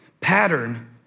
pattern